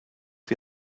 die